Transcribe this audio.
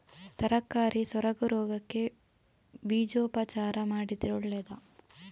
ತರಕಾರಿ ಸೊರಗು ರೋಗಕ್ಕೆ ಬೀಜೋಪಚಾರ ಮಾಡಿದ್ರೆ ಒಳ್ಳೆದಾ?